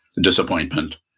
disappointment